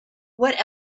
what